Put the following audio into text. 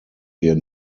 wir